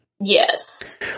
Yes